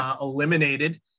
eliminated